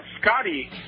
Scotty